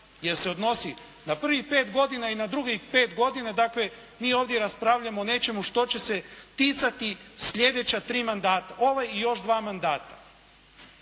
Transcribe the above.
jer se odnosi na prvih pet godina i na drugih pet godina. Dakle, mi ovdje raspravljamo o nečemu što će se ticati sljedeća tri mandata. Ovaj i još dva mandata.